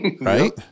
right